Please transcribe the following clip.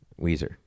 Weezer